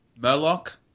Murloc